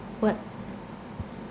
what